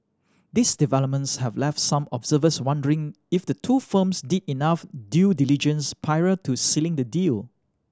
these developments have left some observers wondering if the two firms did enough due diligence prior to sealing the deal